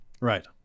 Right